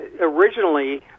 originally